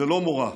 ללא מורא.